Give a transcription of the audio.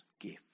gift